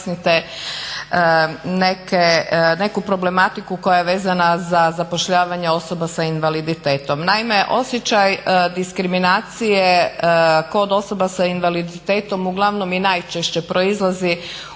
pojasnite neku problematiku koja je vezana za zapošljavanje osoba s invaliditetom. Naime, osjećaj diskriminacije kod osoba s invaliditetom uglavnom najčešće proizlazi upravo